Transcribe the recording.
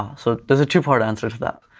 ah so there's a two-part answer for that.